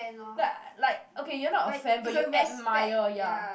like like you are not a fan but you admire ya